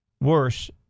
worse